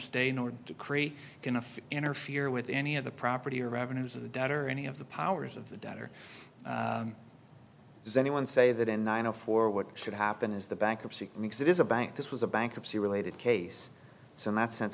stain or decree in a few interfere with any of the property or revenues of the debt or any of the powers of the debtor does anyone say that and i know for what should happen is the bankruptcy because it is a bank this was a bankruptcy related case so in that sense